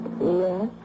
Yes